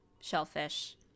shellfish